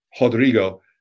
Rodrigo